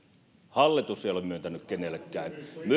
hallitus ei ole myöntänyt kenellekään